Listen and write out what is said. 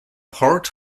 port